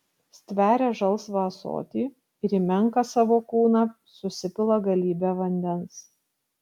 stveria žalsvą ąsotį ir į menką savo kūną susipila galybę vandens